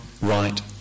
right